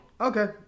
Okay